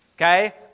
Okay